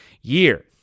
year